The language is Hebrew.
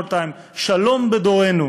Peace in our time.